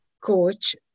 coach